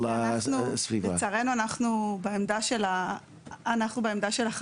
אבל במסגרת תמ"א/ 75 אנחנו באמת נדון בגודל